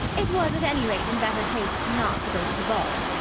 it was, at any rate, in better taste not to go to the ball,